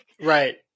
Right